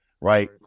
right